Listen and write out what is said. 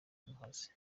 muhazi